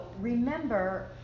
remember